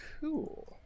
Cool